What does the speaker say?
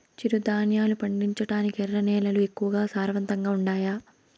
చిరుధాన్యాలు పండించటానికి ఎర్ర నేలలు ఎక్కువగా సారవంతంగా ఉండాయా